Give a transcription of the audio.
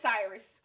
Cyrus